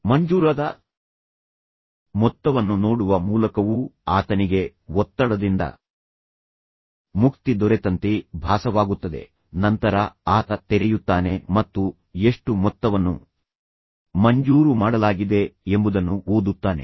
ಮಂಜೂರಾದ ಮೊತ್ತವನ್ನು ನೋಡುವ ಮೂಲಕವೂ ಆತನಿಗೆ ಒತ್ತಡದಿಂದ ಮುಕ್ತಿ ದೊರೆತಂತೆ ಭಾಸವಾಗುತ್ತದೆ ನಂತರ ಆತ ತೆರೆಯುತ್ತಾನೆ ಮತ್ತು ಎಷ್ಟು ಮೊತ್ತವನ್ನು ಮಂಜೂರು ಮಾಡಲಾಗಿದೆ ಎಂಬುದನ್ನು ಓದುತ್ತಾನೆ